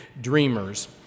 dreamers